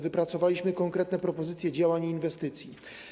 Wypracowaliśmy konkretne propozycje działań i inwestycji.